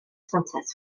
santes